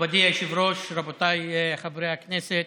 מכובדי היושב-ראש, רבותיי חברי הכנסת,